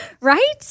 Right